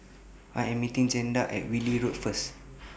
I Am meeting Jaeda At Whitley Road First